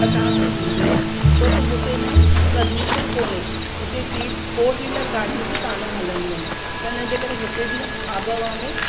थधासि ई हूंदी आहे छो त हुते न प्रदूषण कोने हुते फी फोर व्हीलर गाॾियूं बि कान हलंदियूं आहिनि त इनजे करे हुते जीअं आबहवा में